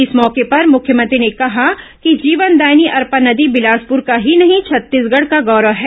इस मौके पर मुख्यमंत्री ने कहा कि जीवनदायिनी अरपा नदी बिलासपुर का ही नहीं छत्तीसगढ का गौरव है